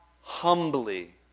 humbly